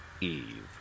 eve